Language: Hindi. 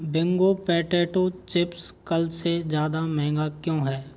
बिंगो पेटैटो चिप्स कल से ज़्यादा महंगा क्यों है